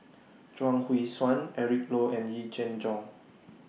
Chuang Hui Tsuan Eric Low and Yee Jenn Jong